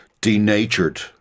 denatured